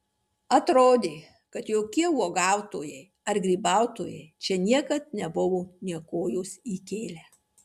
atrodė kad jokie uogautojai ar grybautojai čia niekad nebuvo nė kojos įkėlę